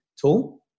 tool